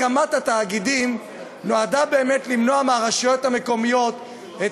הקמת התאגידים נועדה באמת למנוע מהרשויות המקומיות את